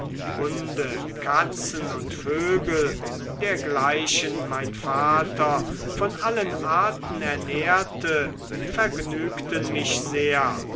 hunde katzen und vögel dergleichen mein vater von allen arten ernährte vergnügten mich sehr